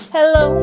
Hello